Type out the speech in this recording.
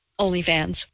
OnlyFans